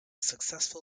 successful